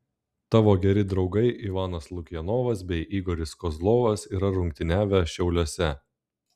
tavo geri draugai ivanas lukjanovas bei igoris kozlovas yra rungtyniavę šiauliuose